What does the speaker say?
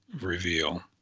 reveal